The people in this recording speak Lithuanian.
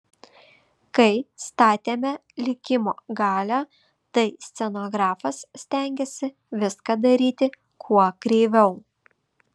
kai statėme likimo galią tai scenografas stengėsi viską daryti kuo kreiviau